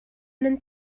nan